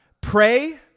pray